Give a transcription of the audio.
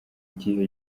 gihe